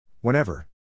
Whenever